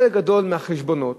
בחלק גדול מהחשבונות,